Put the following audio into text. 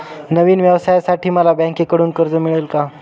नवीन व्यवसायासाठी मला बँकेकडून कर्ज मिळेल का?